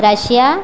Russia